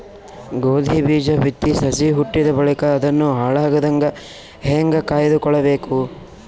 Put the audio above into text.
ಗೋಧಿ ಬೀಜ ಬಿತ್ತಿ ಸಸಿ ಹುಟ್ಟಿದ ಬಳಿಕ ಅದನ್ನು ಹಾಳಾಗದಂಗ ಹೇಂಗ ಕಾಯ್ದುಕೊಳಬೇಕು?